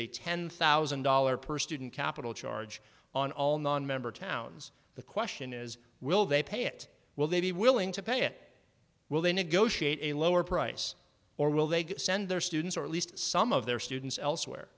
a ten thousand dollars per student capital charge on all non member towns the question is will they pay it will they be willing to pay it will they negotiate a lower price or will they send their students or at least some of their students elsewhere